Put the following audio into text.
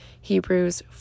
Hebrews